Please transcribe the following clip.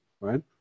right